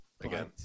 Again